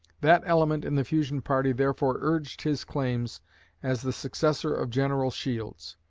that element in the fusion party therefore urged his claims as the successor of general shields.